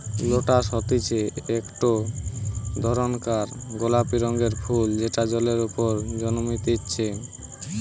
lotus হতিছে একটো ধরণকার গোলাপি রঙের ফুল যেটা জলের ওপরে জন্মতিচ্ছে